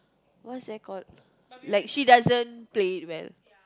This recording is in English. what's that called like she doesn't play it well